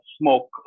smoke